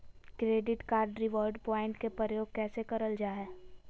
Credit card reward point के प्रयोग कैसे करल जा है?